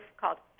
called